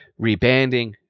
rebanding